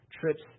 trips